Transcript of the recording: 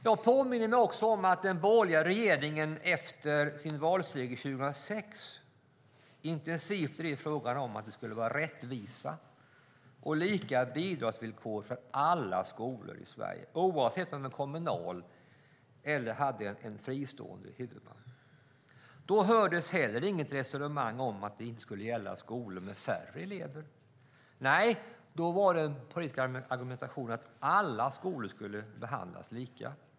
Jag påminner mig också att den borgerliga regeringen efter valsegern 2006 intensivt drev frågan om att det skulle vara rättvisa och lika bidragsvillkor för alla skolor oavsett om de var kommunala eller hade en fristående huvudman. Då hördes heller inget resonemang om att det inte skulle gälla skolor med färre elever. Nej, då var den politiska argumentationen att alla skolor skulle behandlas lika.